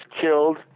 killed